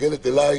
מסתכלת אליי,